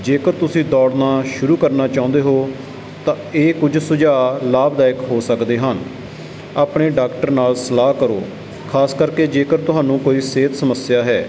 ਜੇਕਰ ਤੁਸੀਂ ਦੌੜਨਾ ਸ਼ੁਰੂ ਕਰਨਾ ਚਾਹੁੰਦੇ ਹੋ ਤਾਂ ਇਹ ਕੁਝ ਸੁਝਾਅ ਲਾਭਦਾਇਕ ਹੋ ਸਕਦੇ ਹਨ ਆਪਣੇ ਡਾਕਟਰ ਨਾਲ ਸਲਾਹ ਕਰੋ ਖਾਸ ਕਰਕੇ ਜੇਕਰ ਤੁਹਾਨੂੰ ਕੋਈ ਸਿਹਤ ਸਮੱਸਿਆ ਹੈ